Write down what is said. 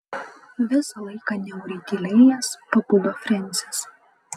visą laiką niauriai tylėjęs pabudo frensis